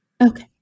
Okay